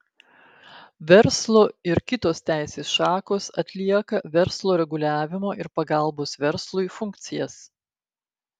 verslo ir kitos teisės šakos atlieka verslo reguliavimo ir pagalbos verslui funkcijas